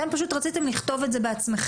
אתם פשוט רציתם לכתוב את זה בעצמכם.